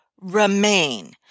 remain